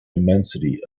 immensity